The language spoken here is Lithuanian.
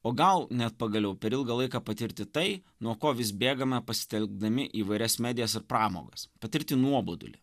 o gal net pagaliau per ilgą laiką patirti tai nuo ko vis bėgame pasitelkdami įvairias medijas ir pramogas patirti nuobodulį